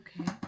Okay